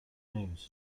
news